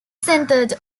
centered